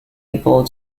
able